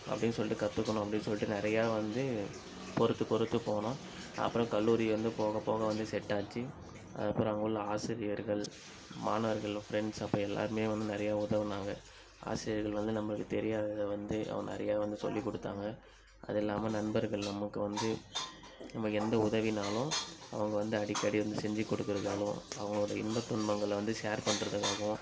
அப்படின்னு சொல்லிட்டு கற்றுக்கணும் அப்படின்னு சொல்லிட்டு நிறையா வந்து பொருத்து பொருத்து போனோம் அப்புறம் கல்லூரியை வந்து போக போக வந்து செட் ஆச்சு அதற்கப்பறம் அங்கே உள்ள ஆசிரியர்கள் மாணவர்களும் ஃப்ரெண்ட்ஸ் அப்போ எல்லாருமே வந்து நிறைய உதவுனாங்க ஆசிரியர்கள் வந்து நம்மளுக்கு தெரியாததை வந்து அவங்க நிறையா வந்து சொல்லிக் கொடுத்தாங்க அதுல்லாமல் நண்பர்கள் நமக்கு வந்து நமக்கு எந்த உதவினாலும் அவங்க வந்து அடிக்கடி வந்து செஞ்சுக் கொடுக்கறதாலும் அவங்களோட இன்ப துன்பங்களை வந்து ஷேர் பண்ணுறதுங்களாகவும்